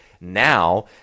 now